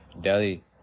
Delhi